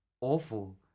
awful